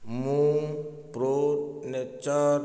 ମୁଁ pro nature